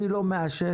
אני נועל את הישיבה.